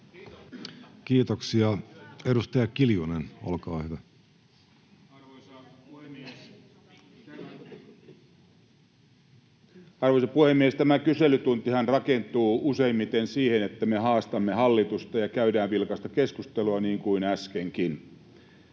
Kiitoksia. — Edustaja Kiljunen, olkaa hyvä. Arvoisa puhemies! Tämä kyselytuntihan rakentuu useimmiten siten, että me haastamme hallitusta ja käydään vilkasta keskustelua, niin kuin äskenkin.